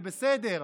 זה בסדר,